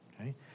okay